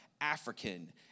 African